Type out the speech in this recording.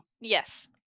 Yes